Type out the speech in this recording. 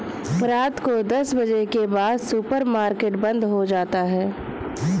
रात को दस बजे के बाद सुपर मार्केट बंद हो जाता है